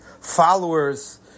followers